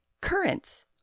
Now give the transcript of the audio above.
Currants